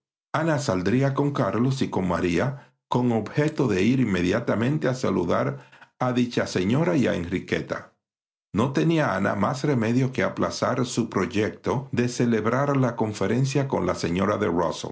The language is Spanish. ana saldría con carlos y con maría con objeto de ir inmediatamente a saludar a dicha señora y a enriqueta no tenía ana más remedio que aplazar su proyecto de celebrar la conferencia con la señora de